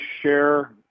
share